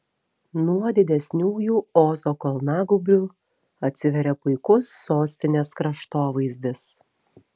nuo didesniųjų ozo kalnagūbrių atsiveria puikus sostinės kraštovaizdis